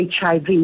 HIV